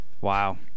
Wow